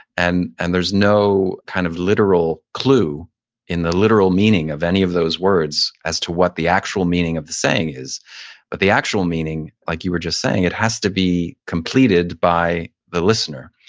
and and there's no kind of literal clue in the literal meaning of any of those words as to what the actual meaning of the saying is but the actual meaning, like you were just saying, it has to be completed by the listener.